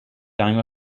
time